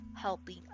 helping